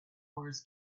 wars